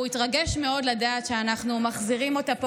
והוא התרגש מאוד לדעת שאנחנו מחזירים אותה פה,